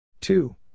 Two